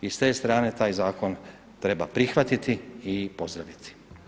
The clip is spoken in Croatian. I s te strane taj zakon treba prihvatiti i pozdraviti.